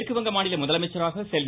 மேற்கு வங்க மாநில முதலமைச்சராக செல்வி